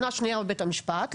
שנה שנייה בבית המשפט,